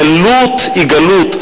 גלות היא גלות.